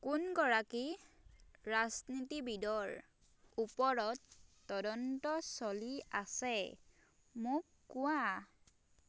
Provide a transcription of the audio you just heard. কোনগৰাকী ৰাজনীতিবিদৰ ওপৰত তদন্ত চলি আছে মোক কোৱা